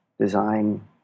design